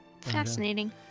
Fascinating